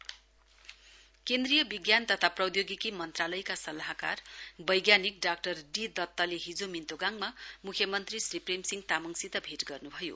scientist मेट CM केन्द्रीय विज्ञान तथा प्रौधोगिकी मन्त्रालयका सल्लाहकार वैज्ञानिक डाक्टर डीदत्तले हिजो मिन्तोगाङमा मुख्यमन्त्री श्री प्रेमसिंह तामङसित भेट गर्नुभयो